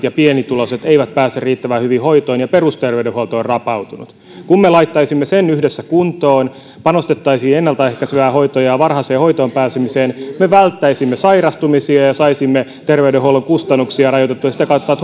ja pienituloiset eivät pääse riittävän hyvin hoitoon ja perusterveydenhuolto on rapautunut kun me laittaisimme sen yhdessä kuntoon panostaisimme ennalta ehkäisevään hoitoon ja ja varhaiseen hoitoonpääsemiseen me välttäisimme sairastumisia ja saisimme terveydenhuollon kustannuksia rajoitettua sitä kautta